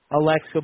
Alexa